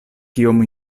kiom